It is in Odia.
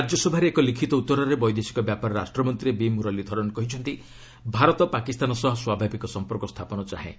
ରାଜ୍ୟସଭାରେ ଏକ ଲିଖିତ ଉତ୍ତରରେ ବୈଦେଶିକ ବ୍ୟାପାର ରାଷ୍ଟ୍ରମନ୍ତ୍ରୀ ବି ମୁରଲୀଧରନ୍ କହିଛନ୍ତି ଭାରତ ପାକିସ୍ତାନ ସହ ସ୍ୱାଭାବିକ ସମ୍ପର୍କ ସ୍ଥାପନ ଚାହେଁ